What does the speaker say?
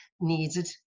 needed